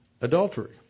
adultery